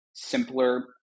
simpler